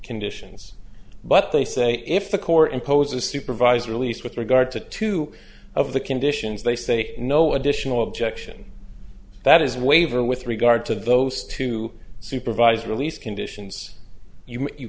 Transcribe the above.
conditions but they say if the court imposes supervised release with regard to two of the conditions they say no additional objection that is waiver with regard to those two supervised release conditions you